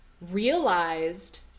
realized